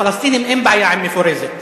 לפלסטינים אין בעיה עם מפורזת,